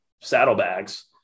saddlebags